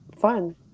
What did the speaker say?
fun